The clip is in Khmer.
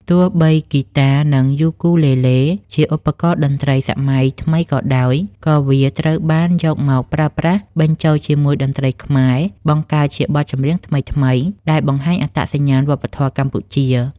ទោះបីហ្គីតា និងយូគូលេលេជាឧបករណ៍តន្ត្រីសម័យថ្មីក៏ដោយ ក៏វាត្រូវបានយកមកប្រើប្រាស់បញ្ចូលជាមួយតន្ត្រីខ្មែរ បង្កើតជាបទចម្រៀងថ្មីៗ ដែលបង្ហាញអត្តសញ្ញាណវប្បធម៌កម្ពុជា។